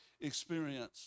experience